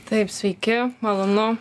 taip sveiki malonu